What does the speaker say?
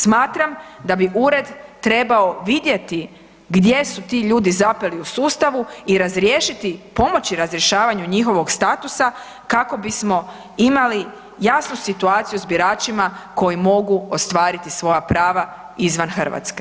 Smatram da bi ured trebao vidjeti gdje su ti ljudi zapeli u sustavu i razriješiti, pomoći razrješavanju njihovog statusa kako bismo imali jasnu situaciju s biračima koji mogu ostvariti svoja prava izvan Hrvatske.